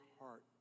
heart